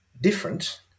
different